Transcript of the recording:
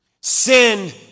Sin